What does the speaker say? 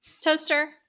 Toaster